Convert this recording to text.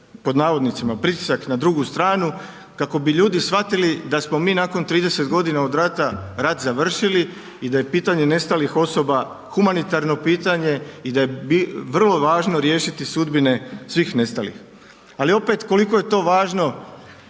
pod navodnicima pritisak na drugu stranu, kako bi ljudi shvatili da smo mi nakon 30 godina od rata, rat završili i da je pitanje nestalih osoba humanitarno pitanje i da je vrlo važno riješiti sudbine svih nestalih. Ali, opet, koliko je to važno